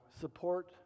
support